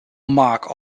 mark